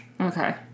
Okay